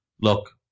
Look